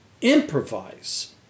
improvise